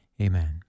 Amen